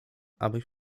abyś